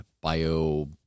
bio